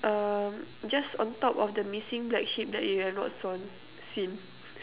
um just on top of the missing black sheep that you have not sawn seen